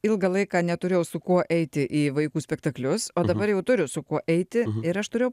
ilgą laiką neturėjau su kuo eiti į vaikų spektaklius o dabar jau turiu su kuo eiti ir aš turėjau